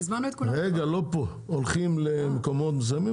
הולכים למקומות מסוימים,